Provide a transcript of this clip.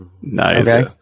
Nice